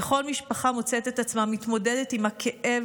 וכל משפחה מוצאת את עצמה מתמודדת עם הכאב